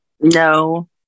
no